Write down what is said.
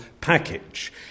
package